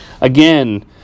again